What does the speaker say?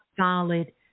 solid